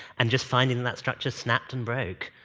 and just finding that that structure snapped and broke.